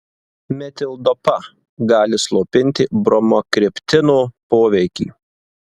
metildopa gali slopinti bromokriptino poveikį